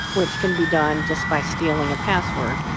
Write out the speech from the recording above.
which can be done just by stealing a password.